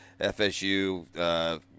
fsu